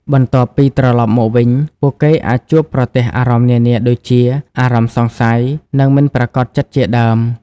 បន្ទាប់ពីត្រឡប់មកវិញ ពួកគេអាចជួបប្រទះអារម្មណ៍នានា ដូចជា អារម្មណ៍សង្ស័យ និងមិនប្រាកដចិត្តជាដើម។